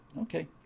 Okay